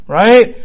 right